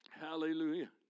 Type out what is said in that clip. Hallelujah